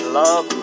love